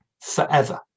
forever